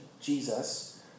Jesus